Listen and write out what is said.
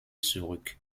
zurück